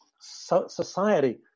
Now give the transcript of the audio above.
society